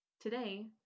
Today